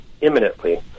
imminently